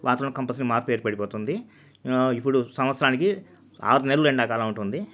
వాతావరణంలో కంపల్సరీ మార్పులు ఏర్పడుతుంది ఇప్పుడు సంవత్సరానికి ఆరు నెలలు ఎండాకాలం ఉంటుంది